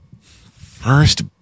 First